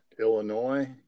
Illinois